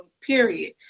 period